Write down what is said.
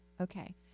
okay